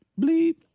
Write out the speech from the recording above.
bleep